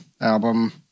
album